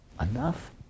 enough